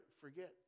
forget